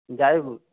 যাইহোক